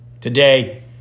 Today